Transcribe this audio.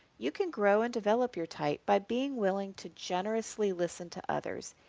you can grow and develop your type by being willing to generously listen to others,